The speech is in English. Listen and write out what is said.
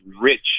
rich